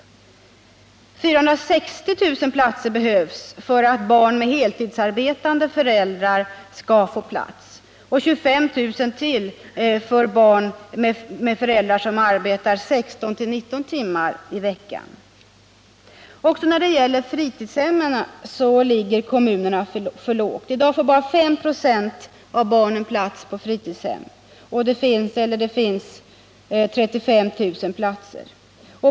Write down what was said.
460 000 platser behövs för att barn med heltidsarbetande föräldrar skall få plats, och 25 000 till för barn med föräldrar som arbetar 16-19 timmar i veckan. Också när det gäller fritidshemmen ligger kommunerna för lågt. I dag får bara 5 26 av barnen plats på fritidshem — det finns 35 000 platser.